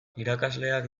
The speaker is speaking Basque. irakasleak